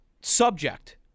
subject